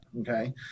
okay